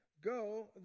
go